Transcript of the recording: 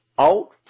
out